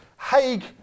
Haig